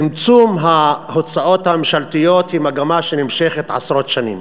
צמצום ההוצאות הממשלתיות הוא מגמה שנמשכת עשרות שנים.